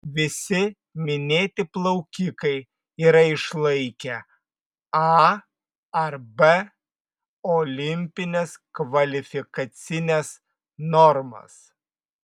visi minėti plaukikai yra išlaikę a ar b olimpines kvalifikacines normas